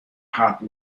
hot